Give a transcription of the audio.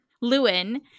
Lewin